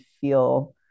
feel